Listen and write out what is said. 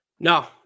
No